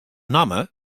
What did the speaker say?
namme